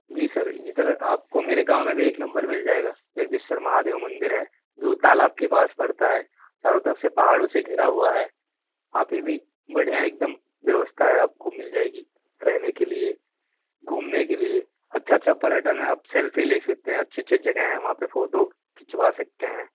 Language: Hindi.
जी सर इधर आपको मेरे गाँव में भी एक नंबर मिल जाएगा जगदीश्वेर महादेव मंदिर है जो तालाब के पास पड़ता है चारों तरफ से पहाड़ों से घिरा हुआ है हाँ फिर भी बढ़िया है एकदम व्यवस्था है आपको मिल जाएगी रहने के लिए घूमने के लिए अच्छा अच्छा पर्यटन है आप सेल्फी ले सकते हैं अच्छी अच्छी जगह हैं वहाँ पे फोटो खिंचवा सकते हैं